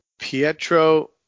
Pietro